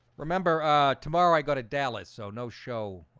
remember tomorrow i got a dallas so no show